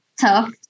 tough